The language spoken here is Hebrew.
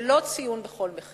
את המסר של: לא ציון בכל מחיר.